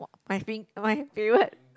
!wah! my fa~ my favourite